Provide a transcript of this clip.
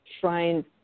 trying